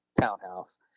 townhouse